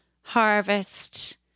harvest